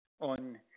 On